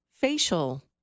facial